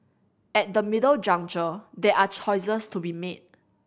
at the middle juncture there are choices to be made